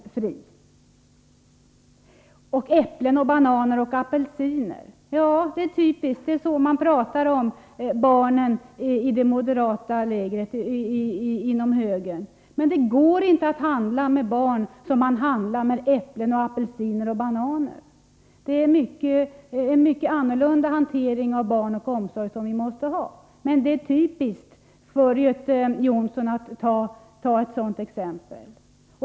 Här talades om äpplen, bananer och apelsiner. Det är typiskt! Det är så man pratar om barnen i det moderata lägret, inom högern. Men det går inte att handla med barn som man handlar med äpplen, apelsiner och bananer. Barnomsorgen kräver en helt annan hantering. Men det är typiskt för Göte Jonsson att ta ett sådant exempel.